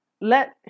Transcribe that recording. let